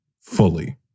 fully